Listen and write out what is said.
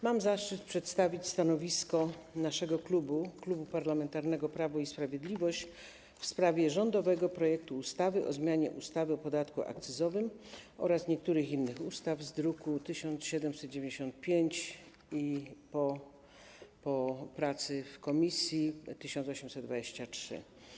Mam zaszczyt przedstawić stanowisko naszego klubu, Klubu Parlamentarnego Prawo i Sprawiedliwość, w sprawie rządowego projektu ustawy o zmianie ustawy o podatku akcyzowym oraz niektórych innych ustaw, druk nr 1795, po pracy w komisji, druk nr 1823.